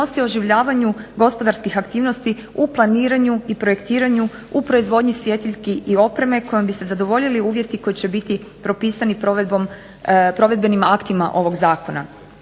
oživljavanju gospodarskih aktivnosti u planiranju i projektiranju u proizvodnji svjetiljki i opreme kojim bi se zadovoljili uvjeti koji će biti propisani provedbenim aktima ovog zakona.